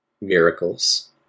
Miracles